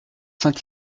saint